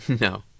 No